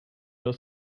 her